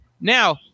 now